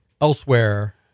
elsewhere